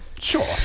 Sure